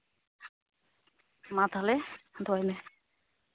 ᱢᱟ ᱛᱟᱞᱚᱦᱮ ᱫᱚᱦᱚᱭ ᱢᱮ